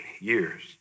years